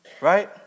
Right